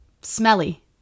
smelly